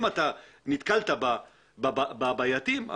אם נתקלת בבעייתיים,